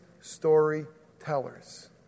storytellers